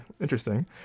Interesting